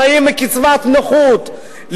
חיים מקצבת נכות,